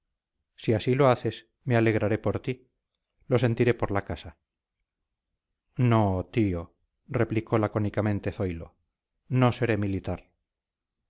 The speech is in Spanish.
si así lo haces me alegraré por ti lo sentiré por la casa no tío replicó lacónicamente zoilo no seré militar